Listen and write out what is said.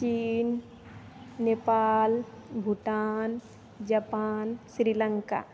China Nepal Bhutan Japan Sri Lanka